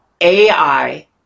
ai